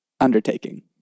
undertaking